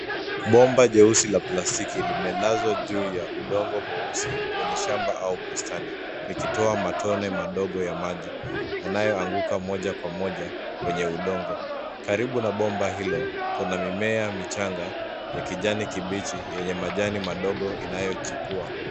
Bomba jeusi la plastiki limelazwa juu ya udongo mweusi, kwenye shamba au bustani likitoa matone madogo ya maji, yanayoanguka moja kwa moja kwenye udongo. Karibu na bomba hilo, kuna mimea michanga ya kijani kibichi, yenye majani madogo inayochipua.